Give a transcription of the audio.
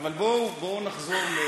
אבל בואו, בואו נחזור.